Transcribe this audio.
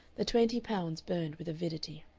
the twenty pounds burned with avidity.